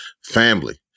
family